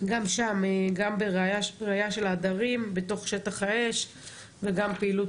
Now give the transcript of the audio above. גם שם גם בראייה של העדרים בתוך שטח האש וגם פעילות